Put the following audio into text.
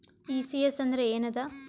ECS ಅಂದ್ರ ಏನದ?